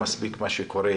מספיק מה שקורה